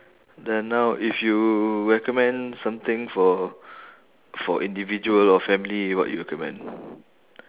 then now if you recommend something for for individual or family what you recommend